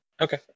okay